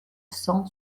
cent